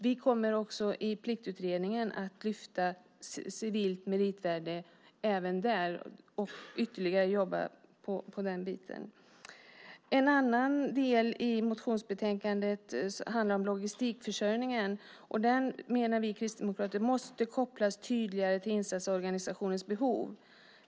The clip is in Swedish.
Vi kommer också att lyfta upp civilt meritvärde i Pliktutredningen och jobba med det. En annan del av motionsbetänkandet handlar om logistikförsörjningen. Vi kristdemokrater menar att den måste kopplas tydligare till insatsorganisationens behov.